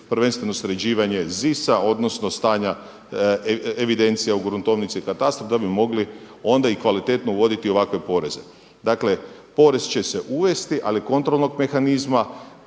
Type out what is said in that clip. prvenstveno sređivanje ZIS-a odnosno stanja evidencija u gruntovnici i katastru da bi mogli onda i kvalitetno uvoditi ovakve poreze. Dakle, porez će se uvesti, ali kontrolnog mehanizma